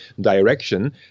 direction